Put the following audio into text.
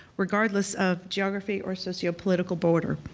regardless of geography or sociopolitical border.